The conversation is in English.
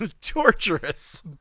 Torturous